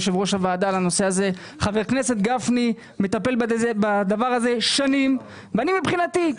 חבר הכנסת גפני מטפל בדבר הזה שנים ומבחינתי,